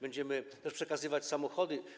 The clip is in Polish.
Będziemy też przekazywać samochody.